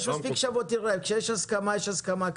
כשיש הסכמה יש הסכמה,